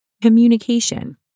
communication